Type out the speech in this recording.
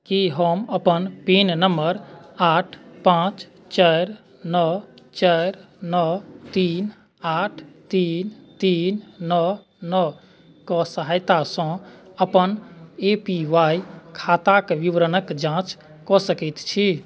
कि हम अपन पेन नम्बर आठ पाँच चारि नओ चारि नओ तीन आठ तीन तीन नओ नओ क सहायता सँ अपन ए पी वाय खाताक विवरणक जाँच कऽ सकैत छी